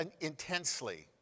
intensely